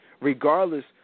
Regardless